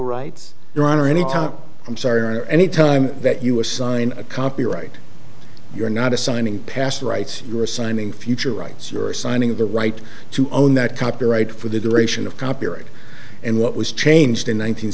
rights your honor anytime i'm sorry or any time that you assign a copyright you're not assigning past rights you're assigning future rights you're assigning the right to own that copyright for the duration of copyright and what was changed in